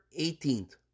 18th